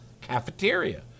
cafeteria